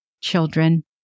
children